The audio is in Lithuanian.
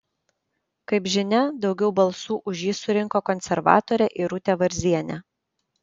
kaip žinia daugiau balsų už jį surinko konservatorė irutė varzienė